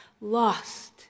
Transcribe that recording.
Lost